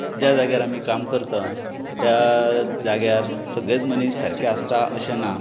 आनी जाता मॅक्झीमम जाता पूण अशें खूबदां कितें जाता काय अनएक्पेकटीडच हें येतात अडचणी येतात